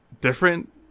different